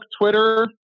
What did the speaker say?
Twitter